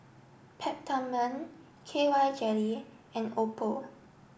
Peptamen K Y Jelly and Oppo